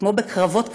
וכמו בקרבות כלבים,